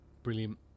brilliant